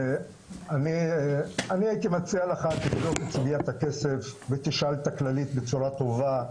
אני הייתי מציע לך תבדוק את סוגיית הכסף ותשאל את הכללית בצורה טובה,